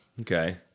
Okay